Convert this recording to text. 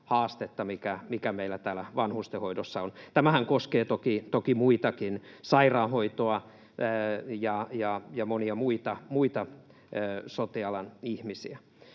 mikä meillä täällä vanhustenhoidossa on. Tämähän koskee toki muitakin: sairaanhoitoa ja monia muita sote-alan ihmisiä.